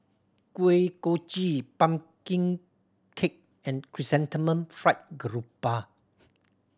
Kuih Kochi pumpkin cake and Chrysanthemum Fried Garoupa